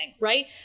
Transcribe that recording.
right